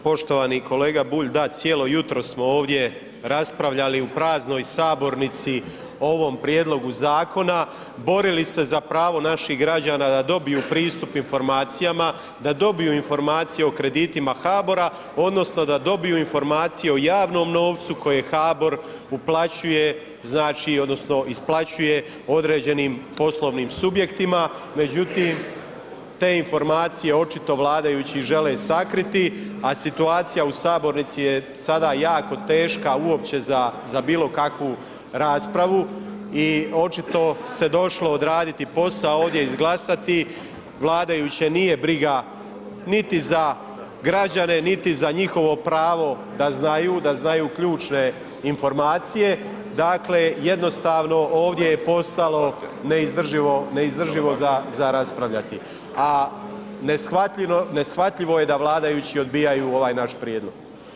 Poštovani kolega Bulj, da cijelo jutro smo ovdje raspravljali u praznoj sabornici o ovom prijedlogu zakona, borili se za pravo naših građana da dobiju pristup informacijama, da dobiju informacije o kreditima HBOR-a odnosno da dobiju informacije o javnom novcu koji HBOR uplaćuje znači odnosno isplaćuje određenim poslovnim subjektima, međutim, te informacije očito vladajući žele sakriti, a situacija u sabornici je sada jako teška uopće za bilo kakvu raspravu i očito se došlo odraditi posao ovdje, izglasati, vladajuće nije briga niti za građane, niti za njihovo pravo da znaju, da znaju ključne informacije, dakle, jednostavno ovdje je postalo neizdrživo, neizdrživo za, za raspravljati, a neshvatljivo je da vladajući odbijaju ovaj naš prijedlog.